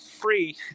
free